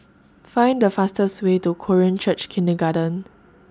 Find The fastest Way to Korean Church Kindergarten